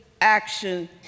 action